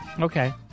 Okay